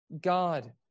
God